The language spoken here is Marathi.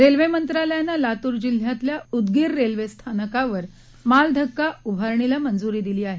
रेल्वे मंत्रालयानं लातूर जिल्ह्यातल्या उदगीर रेल्वे स्थानकावर मालधक्का उभारणीला मंजुरी दिली आहे